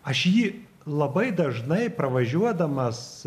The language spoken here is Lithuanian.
aš jį labai dažnai pravažiuodamas